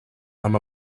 amb